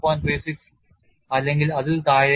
36 അല്ലെങ്കിൽ അതിൽ താഴെയായി